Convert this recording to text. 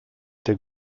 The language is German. der